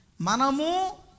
Manamu